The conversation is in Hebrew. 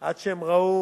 עד שהם ראו,